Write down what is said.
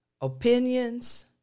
Opinions